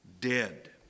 Dead